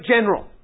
general